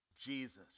Jesus